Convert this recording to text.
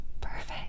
Perfect